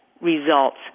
results